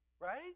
Right